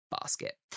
basket